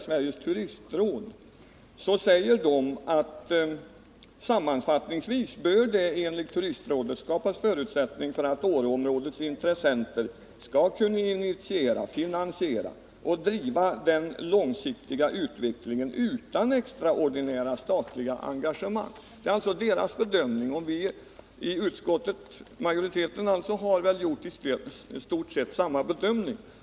Sveriges turistråd säger: ”Sammanfattningsvis bör det enligt turistrådet skapas förutsättning för att Åreområdets intressenter skall kunna initiera, finansiera och driva den långsiktiga utvecklingen utan extraordinära statliga engagemang.” Det är alltså turistrådets bedömning, och utskottsmajoriteten har gjort i stort sett samma bedömning.